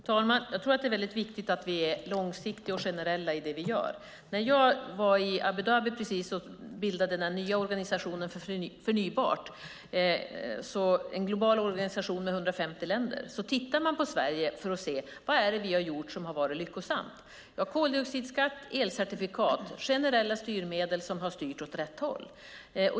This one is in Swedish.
Fru talman! Jag tror att det är viktigt att det vi gör är långsiktigt och generellt. Jag har precis varit i Abu Dhabi och varit med och bildat den nya organisationen för förnybart, en global organisation med 150 länder. Man har då tittat på Sverige för att se vad det är vi har gjort som har varit lyckosamt. Vi har koldioxidskatt och elcertifikat, generella styrmedel som har styrt åt rätt håll.